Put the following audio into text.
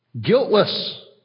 guiltless